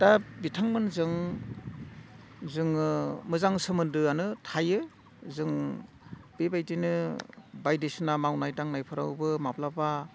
दा बिथांमोनजों जोङो मोजां सोमोनदोआनो थायो जों बेबायदिनो बायदिसिना मावनाय दांनायफोरावबो माब्लाबा